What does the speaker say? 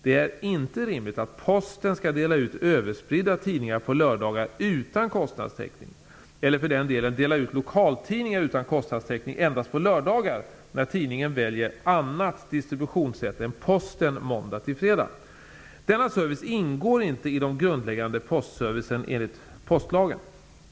Det är inte rimligt att Posten skall dela ut överspridda tidningar på lördagar utan kostnadstäckning eller för den delen dela ut lokaltidningar utan kostnadstäckning endast på lördagar när tidningen väljer annat distributionssätt än Posten måndag till fredag. Denna service ingår inte i den grundläggande postservicen enligt postlagen.